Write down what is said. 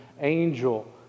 angel